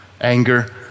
anger